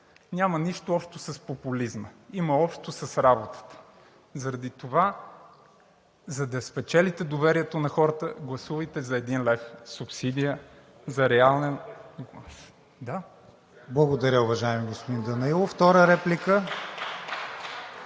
Няма нищо общо с популизма, има общо с работата. Заради това – за да спечелите доверието на хората, гласувайте за един лев субсидия за реален глас. (Ръкопляскания от